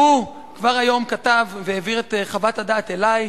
והוא כבר היום כתב והעביר את חוות הדעת אלי,